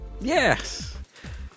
Yes